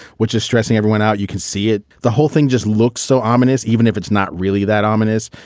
which is stressing everyone out. you can see it. the whole thing just looks so ominous even if it's not really that ominous.